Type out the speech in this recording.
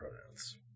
pronouns